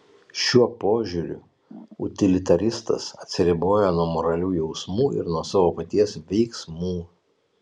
šiuo požiūriu utilitaristas atsiriboja nuo moralių jausmų ir nuo savo paties veiksmų